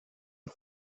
und